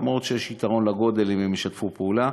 אף שיש יתרון לגודל אם הן ישתפו פעולה.